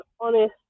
honest